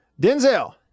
Denzel